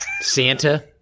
Santa